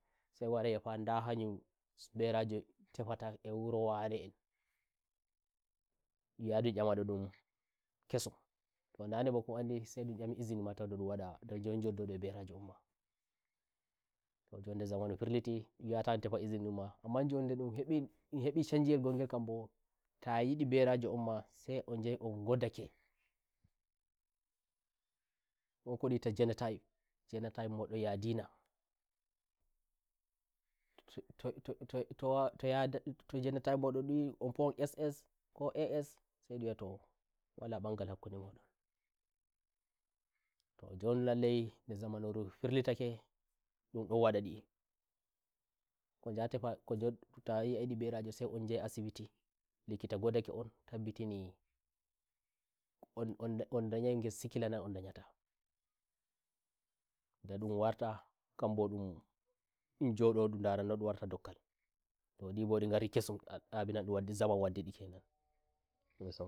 sai wara wi'a fa nda hanjum nberajo tefatae wuro wane enndum yaha ndum nyamana ndum kesumno nane mbo kowa andi san ndum tefi izini tau ta ndum wada da ndum wada da ndum njodda e mberajo on matoh njon nde zaman firliti ndon yata ndoj tefa izini mdummaamman njode ndum habi ndum hebi shanji yel ngongel kambota yidi mberajo on ma sai on jahi on ngoddakewon kodun wi'ata genotypegenotype mon yadi na"to to to to" yada "to to t" to genotype mo don ndum wi'on fu ndum SS ko AS sai ndum wi'a to wala mbangal hakkude mo donto njon lallai mbe zamanuru firlitake ndon ndon wadadiko njaha tefa mberajo sai on njahi asibiti likita goddake on tabbitinio on ndayai ngel sikila na on ndayatada ndum warta kadibo ndum njoda ndum ndara nandum warata dokkalto ndibo ndi ngari kesumabinan ndum waddi zaman waddi di kenan